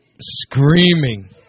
Screaming